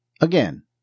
again